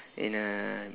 in a